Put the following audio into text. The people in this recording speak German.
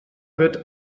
wird